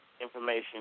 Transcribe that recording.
information